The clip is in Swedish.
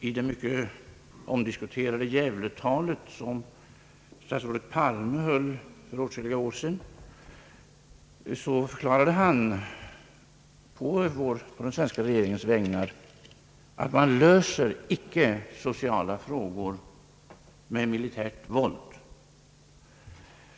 I det mycket omdiskuterade Gävletalet som statsrådet Palme höll för åtskilliga år sedan förklarade han på svenska regeringens vägnar, att man inte löser sociala frågor med militärt våld.